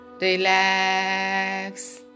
Relax